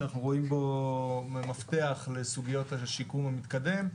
שאנחנו רואים בו מפתח לסוגיות השיקום המתקדם,